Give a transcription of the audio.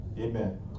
Amen